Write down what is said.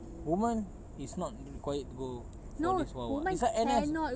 woman is not required to go for this [one] [what] this [one] N_S